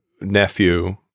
nephew